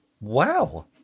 Wow